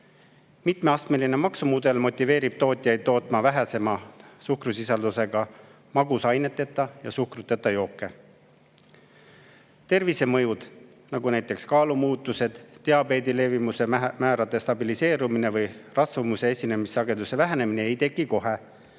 Mitmeastmeline maksumudel motiveerib tootjaid tootma väiksema suhkrusisaldusega või magusaineta ja suhkruta jooke. Tervisemõjud, näiteks kaalumuutused, diabeedi levimuse määrade stabiliseerumine või rasvumise esinemissageduse vähenemine, ei teki kohe,